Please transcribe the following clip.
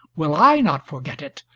will i not forget it,